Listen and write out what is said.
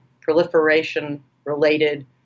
proliferation-related